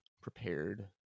prepared